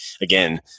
again